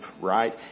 right